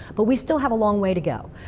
but we still have a long way to go.